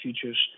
futures